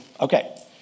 Okay